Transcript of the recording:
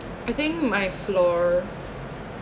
I think my floor